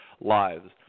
lives